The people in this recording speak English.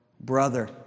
brother